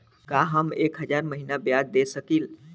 का हम एक हज़ार महीना ब्याज दे सकील?